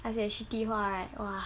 那些 shitty 话 right !wah!